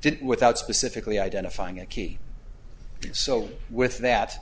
did it without specifically identifying a key so with that